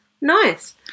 Nice